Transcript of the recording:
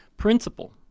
Principle